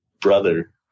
brother